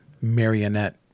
marionette